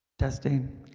testing